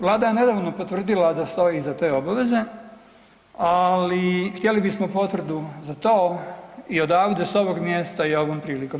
Vlada je nedavno potvrdila da stoji iza te obaveze, ali htjeli bismo potvrdu za to i odavde s ovog mjesta i ovom prilikom.